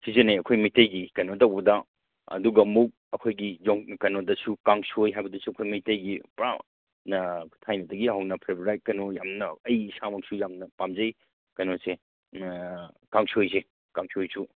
ꯁꯤꯖꯟꯅꯩ ꯑꯩꯈꯣꯏ ꯃꯩꯇꯩꯒꯤ ꯀꯩꯅꯣ ꯇꯧꯕꯗ ꯑꯗꯨꯒ ꯑꯃꯨꯛ ꯑꯩꯈꯣꯏꯒꯤ ꯀꯩꯅꯣꯗꯁꯨ ꯀꯥꯡꯁꯣꯏ ꯍꯥꯏꯕꯗꯁꯨ ꯑꯩꯈꯣꯏ ꯃꯩꯇꯩꯒꯤ ꯄꯨꯔꯥ ꯊꯥꯏꯅꯗꯒꯤ ꯍꯧꯅ ꯐꯦꯕꯔꯥꯏꯠ ꯀꯩꯅꯣ ꯌꯥꯝꯅ ꯑꯩ ꯏꯁꯥꯃꯛꯁꯨ ꯄꯥꯝꯅ ꯄꯥꯝꯖꯩ ꯀꯩꯅꯣꯁꯦ ꯀꯥꯡꯁꯣꯏꯁꯦ ꯀꯥꯡꯁꯣꯏꯁꯨ